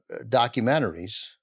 documentaries